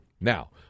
Now